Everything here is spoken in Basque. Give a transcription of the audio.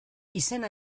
izena